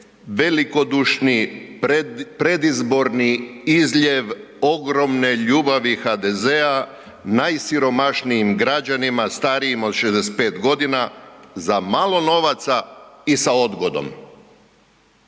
velikodušni predizborni izljev ogromne ljubavi HDZ-a najsiromašnijim građanima starijima od 65.g. za malo novaca i sa odgodom.